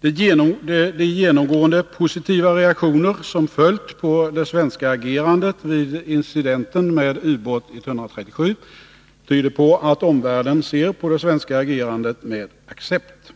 ”De genomgående positiva reaktioner som följt på det svenska agerandet vid incidenten med ubåt 137 tyder på att omvärlden ser på det svenska agerandet med accept.